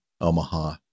Omaha